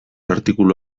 artikulu